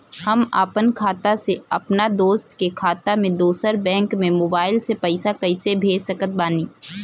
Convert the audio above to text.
हम आपन खाता से अपना दोस्त के खाता मे दोसर बैंक मे मोबाइल से पैसा कैसे भेज सकत बानी?